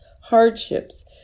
hardships